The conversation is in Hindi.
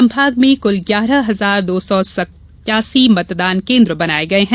संभाग में कुल ग्यारह हजार दो सौ सत्यासी मतदान केन्द्र बनाये गये हैं